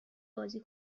بازی